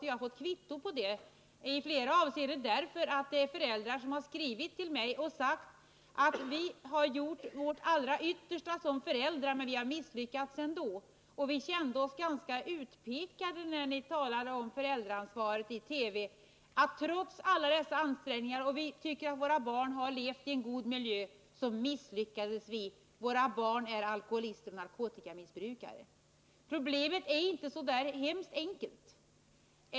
Jag har fått kvitto på detta i flera avseenden. Föräldrar har skrivit till mig och sagt: Vi har gjort vårt allra yttersta såsom föräldrar men har ändå misslyckats. Vi känner oss ganska utpekade, när ni talar om föräldraansvaret i TV. Trots alla våra ansträngningar och trots att vi tyckte att våra barn levde i en god miljö misslyckades vi. Våra barn är alkoholister och narkotikamissbrukafe: Problemet är inte så hemskt enkelt.